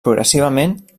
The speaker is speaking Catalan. progressivament